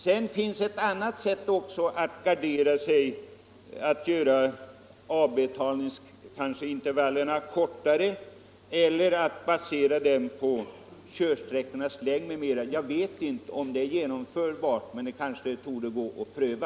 Det finns ett annat sätt också att gardera sig: man kan göra avbetalningsintervallerna kortare eller ha körsträckans längd som bas. Jag vet inte om det är genomförbart, men det kanske går att pröva.